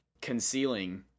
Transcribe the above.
concealing